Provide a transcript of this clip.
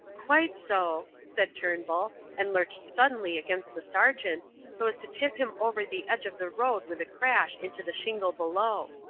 quite so, said turnbull, and lurched suddenly against the sergeant, so as to tip him over the edge of the road with a crash into the shingle below.